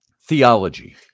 theology